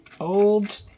Old